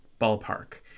ballpark